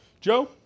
Joe